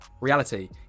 Reality